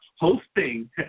hosting